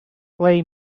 play